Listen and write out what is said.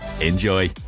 Enjoy